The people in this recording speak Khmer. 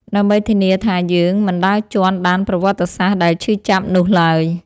ដើម្បីធានាថាយើងមិនដើរជាន់ដានប្រវត្តិសាស្ត្រដែលឈឺចាប់នោះឡើយ។